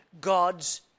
God's